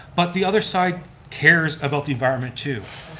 but the other side cares about the environment too.